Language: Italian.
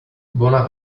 buona